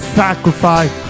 sacrifice